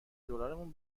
دلارمون